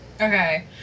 Okay